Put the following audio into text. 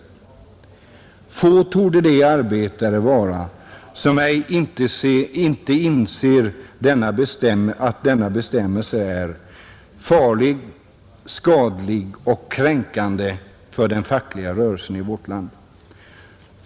Få torde de arbetare vara som ej inse att denna bestämmelse är farlig, skadlig och kränkande för den fackliga rörelsen i vårt land.